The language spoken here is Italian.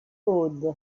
hood